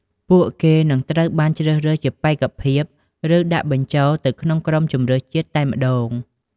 ពួកគេនឹងត្រូវបានជ្រើសរើសជាបេក្ខភាព ឬដាក់បញ្ចូលទៅក្នុងក្រុមជម្រើសជាតិតែម្ដង។